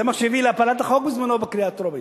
זה מה שהביא להפלת החוק בזמנו בקריאה הטרומית.